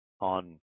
on